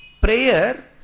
Prayer